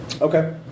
Okay